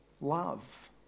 love